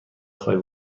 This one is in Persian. خواهی